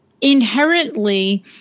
inherently